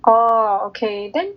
oh okay then